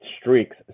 streaks